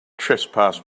trespass